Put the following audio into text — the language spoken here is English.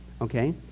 Okay